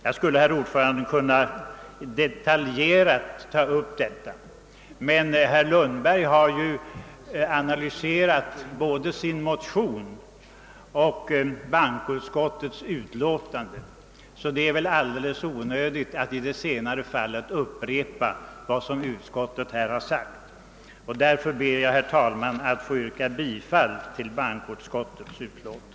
Jag skulle, herr talman, kunna detaljerat ta upp detta, men herr Lundberg har ju refererat och analyserat både sin motion och bankoutskottets utlåtande, och därför är det väl alldeles onödigt att jag upprepar vad utskottet har sagt. Jag ber alltså, herr talman, att få yrka bifall till bankoutskottets hemställan.